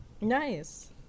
Nice